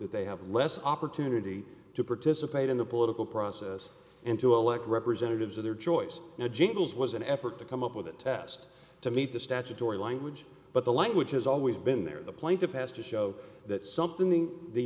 that they have less opportunity to participate in the political process and to elect representatives of their choice jingles was an effort to come up with a test to meet the statutory language but the language has always been there in the plane to pass to show that something the